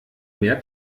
mehr